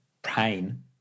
pain